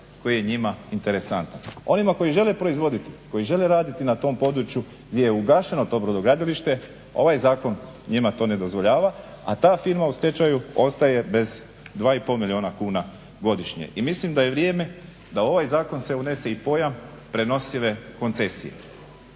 koji je njima interesantan. Onima koji žele proizvoditi, koji žele raditi na tom području gdje je ugašeno to brodogradilište ovaj zakon njima to ne dozvoljava, a ta firma u stečaju ostaje bez 2,5 milijuna kuna godišnje. I mislim da je vrijeme da u ovaj zakon se unese i pojam prenosive koncesije,